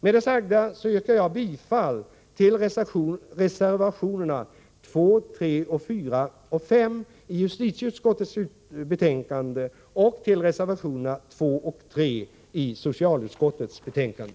Med det sagda yrkar jag bifall till reservationerna 2,3, 4 och 5 i justitieutskottets betänkande och till reservationerna 2 och 3 i socialutskottets betänkande.